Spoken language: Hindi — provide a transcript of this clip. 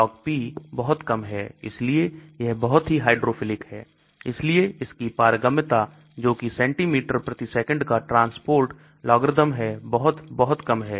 Log P बहुत कम है इसलिए यह बहुत ही हाइड्रोफिलिक है इसलिए इसकी पारगम्यता जोकि सेंटीमीटर प्रति सेकेंड का ट्रांसपोर्ट लॉग्र्रिदम है बहुत बहुत कम है